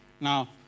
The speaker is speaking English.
Now